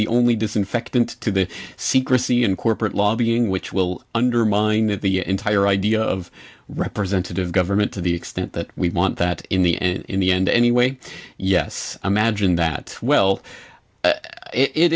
the only disinfectant to the secrecy in corporate law being which will undermine the entire idea of representative government to the extent that we want that in the end in the end anyway yes imagine that well it i